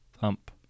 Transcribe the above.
thump